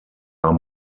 are